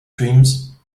dreams